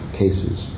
cases